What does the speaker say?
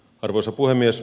arvoisa puhemies